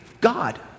God